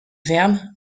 verbe